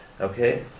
Okay